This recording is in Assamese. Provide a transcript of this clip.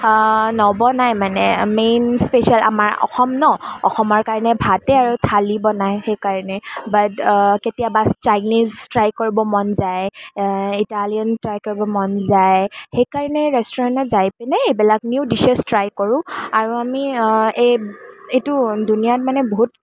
নবনাই মানে মেইন ষ্পেচিয়েল আমাৰ অসম ন' অসমৰ কাৰণে ভাতেই আৰু থালি বনায় সেইকাৰণে বাট কেতিয়াবা চাইনিজ ট্ৰাই কৰিবৰ মন যায় ইটালিয়ান ট্ৰাই কৰিবৰ মন যায় সেইকাৰণে ৰেষ্টুৰেণ্টত যাই পিনে এইবিলাক নিউ ডিশ্বেজ ট্ৰাই কৰোঁ আৰু আমি এই এইটো দুনিয়াত মানে বহুত